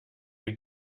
you